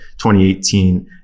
2018